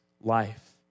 life